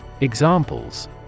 Examples